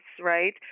right